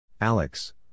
Alex